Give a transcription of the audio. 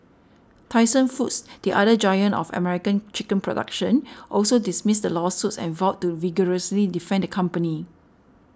Tyson Foods the other giant of American chicken production also dismissed the lawsuits and vowed to vigorously defend the company